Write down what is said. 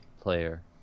player